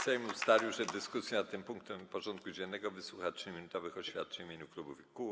Sejm ustalił, że w dyskusji nad tym punktem porządku dziennego wysłucha 3-minutowych oświadczeń w imieniu klubów i kół.